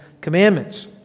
Commandments